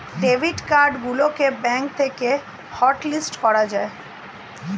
debit card গুলোকে bank থেকে hotlist করা যায়